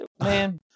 Man